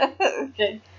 Okay